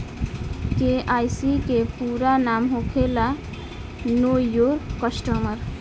KYC के पूरा नाम होखेला नो योर कस्टमर